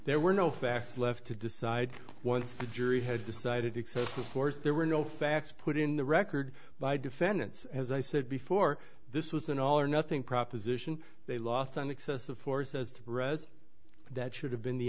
there were no facts left to decide once the jury had decided excessive force there were no facts put in the record by defendants as i said before this was an all or nothing proposition they lost on excessive force as to pres that should have been the